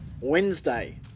Wednesday